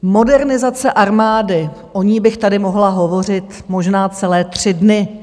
Modernizace armády o ní bych tady mohla hovořit možná celé tři dny.